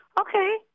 Okay